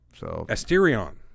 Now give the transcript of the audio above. Asterion